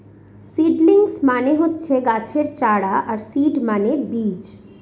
seedlings মানে হচ্ছে গাছের চারা আর সিড মানে বীজ